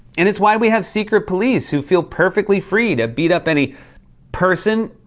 and it's why we have secret police who feel perfectly free to beat up any person,